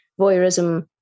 voyeurism